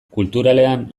kulturalean